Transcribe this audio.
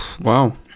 wow